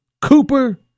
Cooper